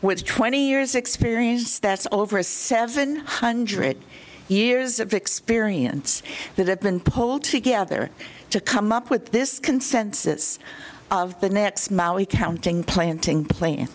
with twenty years experience that's over seven hundred years of experience that have been polled together to come up with this consensus of the next molly counting planting plan